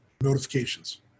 notifications